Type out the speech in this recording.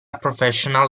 professional